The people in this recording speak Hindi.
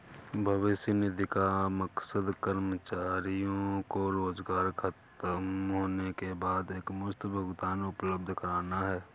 भविष्य निधि का मकसद कर्मचारियों को रोजगार ख़तम होने के बाद एकमुश्त भुगतान उपलब्ध कराना है